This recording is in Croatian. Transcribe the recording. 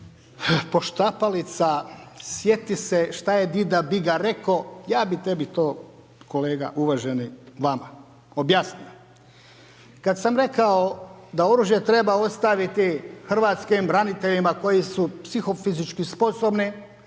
Poštapalica, sjeti se šta je dida Biga reko, ja bi tebi to kolega uvaženi vama objasnio. Kad sam rekao da oružje treba ostaviti hrvatskim braniteljima koji su psihofizički sposobni